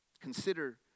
Consider